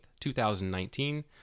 2019